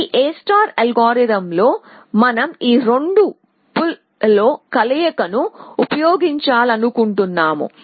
ఈ A algorithm లో మనం ఈ రెండు పుల్ ల కలయికను ఉపయోగించాలను కుంటున్నాము